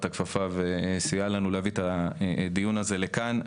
את הכפפה וסייעה לנו להביא את הדיון הזה לכאן.